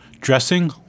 Dressing